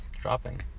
dropping